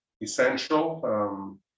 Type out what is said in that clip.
essential